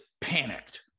panicked